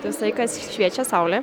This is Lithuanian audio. tai visą laiką šviečia saulė